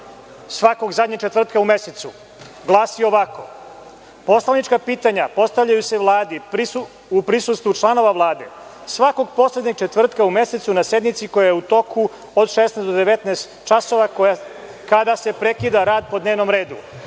svakog zadnjeg četvrtka u mesecu glasi ovako – poslanička pitanja postavljaju se Vladi u prisustvu članova Vlade. Svakog poslednjeg četvrtka u mesecu na sednici koja je u toku od 16 do 19 časova, kada se prekida rad po dnevnom redu.